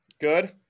Good